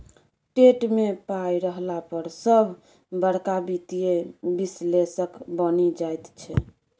TET मे पाय रहला पर सभ बड़का वित्तीय विश्लेषक बनि जाइत छै